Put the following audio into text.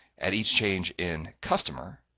at each change in customer,